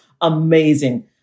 amazing